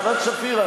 חברת הכנסת שפיר,